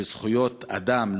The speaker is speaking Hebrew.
בזכויות אדם,